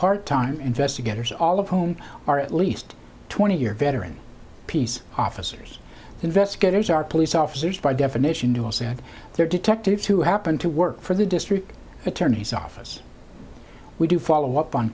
part time investigators all of whom are at least twenty year veteran peace officers investigators are police officers by definition do also have their detectives who happen to work for the district attorney's office we do follow up on